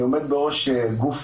אני עומד בראש גוף,